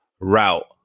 route